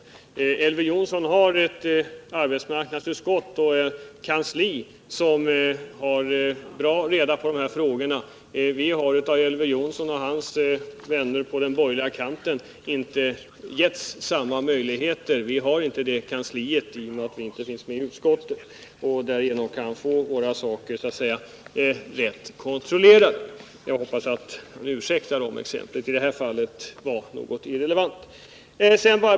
Elver Jonsson har ett arbetsmarknadsutskott och ett kansli som väl känner till de här frågorna. Vi har av Elver Jonsson och hans vänner på den borgerliga kanten inte getts samma möjligheter. Vi har inte kansliet till hjälp, eftersom vi inte är representerade i utskotten. Våra uppgifter kan därför inte bli riktigt kontrollerade. Jag hoppas att det ursäktas mig om exemplet i det fallet var något irrelevant.